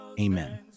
Amen